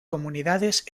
comunidades